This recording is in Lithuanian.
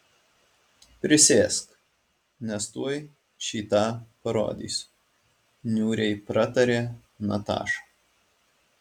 prisėsk nes tuoj šį tą parodysiu niūriai pratarė nataša